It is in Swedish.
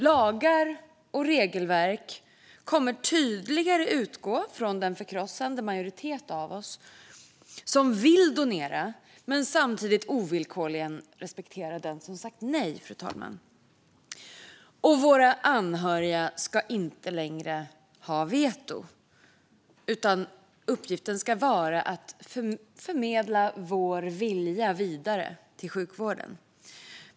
Lagar och regelverk kommer tydligare att utgå från den förkrossande majoritet av oss som vill donera men samtidigt ovillkorligen respektera den som sagt nej, fru talman. Våra anhöriga ska inte längre ha veto, utan deras uppgift ska vara att förmedla vår vilja vidare till sjukvården.